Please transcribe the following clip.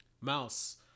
mouse